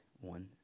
one